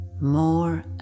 more